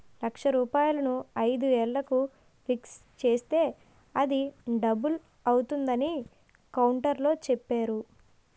లక్ష రూపాయలను ఐదు ఏళ్లకు ఫిక్స్ చేస్తే అది డబుల్ అవుతుందని కౌంటర్లో చెప్పేరు